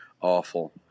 awful